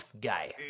guy